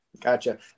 Gotcha